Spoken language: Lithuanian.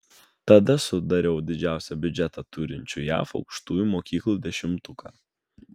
tada sudariau didžiausią biudžetą turinčių jav aukštųjų mokyklų dešimtuką